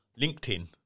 LinkedIn